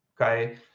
Okay